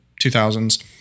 2000s